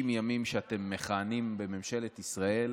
ב-60 הימים שאתם מכהנים בממשלת ישראל